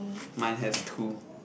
mine has two